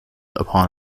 upon